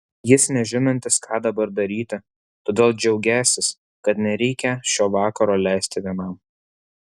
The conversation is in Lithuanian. jis nežinantis ką dabar daryti todėl džiaugiąsis kad nereikią šio vakaro leisti vienam